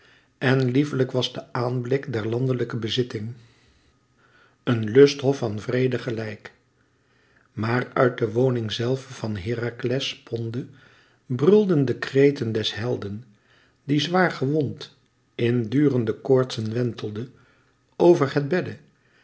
en lieflijk was de aanblik der landelijke bezitting een lusthof van vrede gelijk maar uit de woning zelve van herakles sponde brulden de kreten des helden die zwaar gewond in durende koortsen wentelde over het bedde